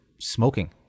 smoking